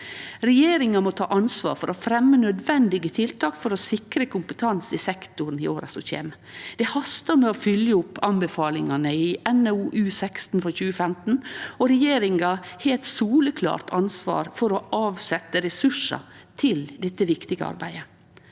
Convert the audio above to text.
Regjeringa må ta ansvar for å fremje nødvendige tiltak for å sikre kompetanse i sektoren i åra som kjem. Det hastar med å fylgje opp anbefalingane i NOU 2015: 16, og regjeringa har eit soleklart ansvar for å setje av ressursar til dette viktige arbeidet.